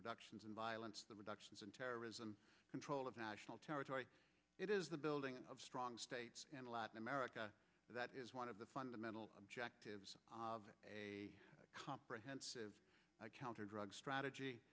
reductions in violence the reduction in terrorism control of national territory it is the building of strong states in latin america that is one of the fundamental objectives of a comprehensive counter drug strategy